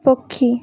ପକ୍ଷୀ